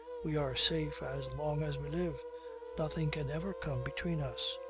we are safe as long as we live nothing can ever come between us.